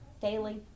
daily